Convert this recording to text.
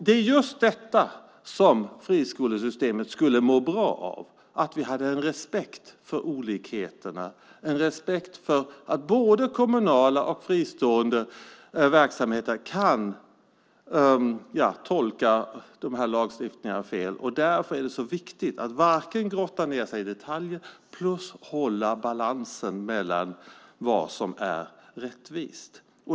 Det är just detta som friskolesystemet skulle må bra av, nämligen att vi hade en respekt för olikheterna och för att både kommunala och fristående verksamheter kan tolka dessa lagstiftningar fel. Därför är det så viktigt att man inte grottar ned sig i detaljer utan håller balansen i fråga om vad som är rättvist.